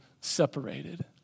separated